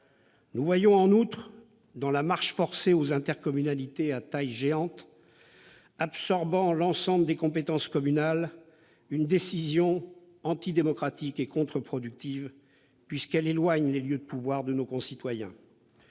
Nous voyons en outre dans la marche forcée vers des intercommunalités de taille géante, absorbant l'ensemble des compétences communales, une démarche antidémocratique et contre-productive, puisqu'elle éloigne les lieux de pouvoir de nos concitoyens.